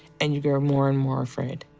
and you grow more and more afraid.